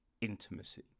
intimacy